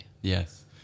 Yes